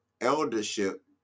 eldership